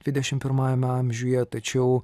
dvidešimt pirmajame amžiuje tačiau